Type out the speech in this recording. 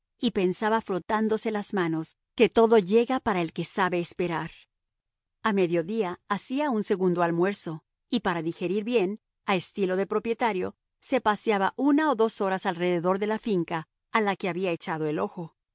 y pensaba frotándose las manos que todo llega para el que sabe esperar a mediodía hacía un segundo almuerzo y para digerir bien a estilo de propietario se paseaba una o dos horas alrededor de la finca a la que había echado el ojo